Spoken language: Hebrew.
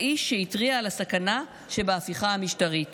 האיש שהתריע על הסכנה שבהפיכה המשטרית